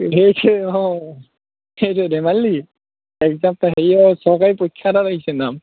সেইটো অঁ সেইটোৱে ধেমালি নেকি একজাম হেৰিয়ৰ চৰকাৰী পৰীক্ষা এটাত আহিছে নাম